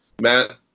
Matt